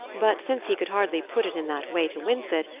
but, since he could hardly put it in that way to winsett,